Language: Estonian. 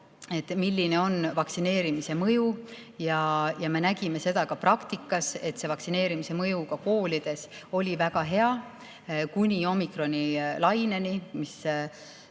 milline on vaktsineerimise mõju. Ja me nägime seda ka praktikas, et vaktsineerimise mõju ka koolides oli väga hea kuni omikronilaineni, mis